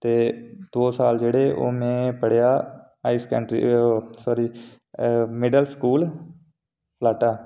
ते दो साल जेह्ड़े ओह में पढ़ेआ हाई स्कैंडरी सारी मिडल स्कूल फलाटा